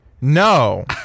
No